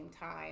time